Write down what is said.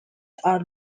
are